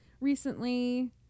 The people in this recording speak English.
recently